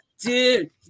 dude